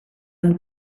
nel